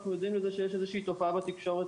אנחנו עדים לזה שיש איזושהי תופעה בתקשורת